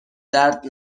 درد